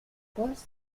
poste